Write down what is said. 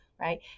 right